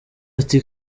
ati